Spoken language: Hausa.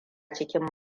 cikin